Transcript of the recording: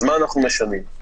מה אנחנו משנים?